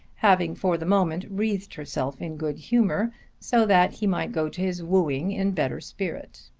having for the moment wreathed herself in good humour so that he might go to his wooing in better spirit.